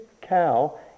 cow